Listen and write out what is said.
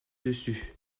dessus